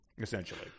essentially